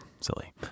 silly